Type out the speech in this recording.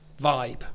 vibe